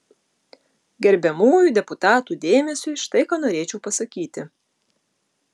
gerbiamųjų deputatų dėmesiui štai ką norėčiau pasakyti